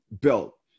built